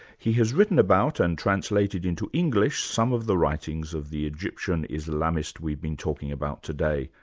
he has written about and translated into english, some of the writings of the egyptian islamist we've been talking about today,